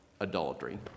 Adultery